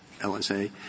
LSA